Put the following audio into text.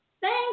thank